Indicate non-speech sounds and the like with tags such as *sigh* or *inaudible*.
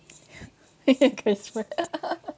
*breath* *laughs* *laughs*